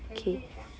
okay 继续讲